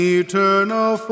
eternal